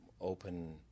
open